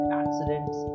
accidents